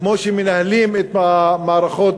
כמו שמנהלים את המערכות